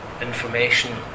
information